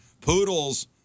Poodles